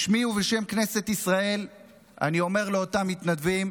בשמי ובשם כנסת ישראל אני אומר לאותם מתנדבים: